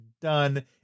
done